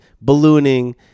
ballooning